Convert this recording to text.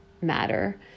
matter